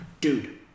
dude